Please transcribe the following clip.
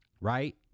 right